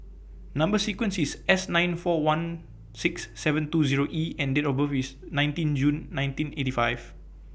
Number sequence IS S nine four one six seven two Zero E and Date of birth IS nineteen June nineteen eighty five